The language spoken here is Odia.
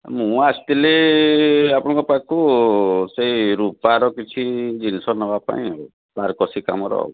ମୁଁ ଆସିଥିଲି ଆପଣଙ୍କ ପାଖକୁ ସେଇ ରୂପାର କିଛି ଜିନିଷ ନେବାପାଇଁ ଆଉ ତାରକସି କାମର ଆଉ